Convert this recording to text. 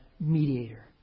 mediator